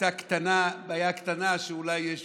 הייתה בעיה קטנה שאולי הוא